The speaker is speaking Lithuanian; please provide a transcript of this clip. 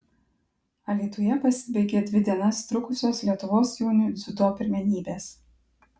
alytuje pasibaigė dvi dienas trukusios lietuvos jaunių dziudo pirmenybės